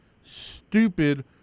stupid